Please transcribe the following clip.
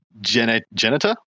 genitor